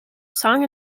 song